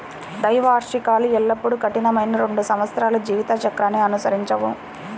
ద్వైవార్షికాలు ఎల్లప్పుడూ కఠినమైన రెండు సంవత్సరాల జీవిత చక్రాన్ని అనుసరించవు